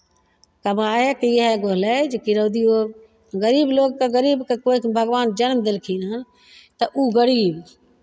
जेकि रौदिओ गरीब लोकके गरीब लोकके कोइ भगवान जन्म देलखिन हन तऽ ओ गरीब